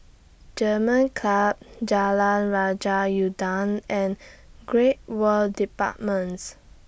German Club Jalan Raja Udang and Great World Departments